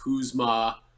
Kuzma